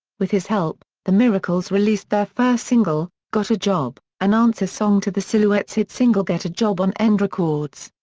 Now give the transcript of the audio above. with his help, the miracles released their first single, got a job, an answer song to the silhouettes' hit single get a job on end records.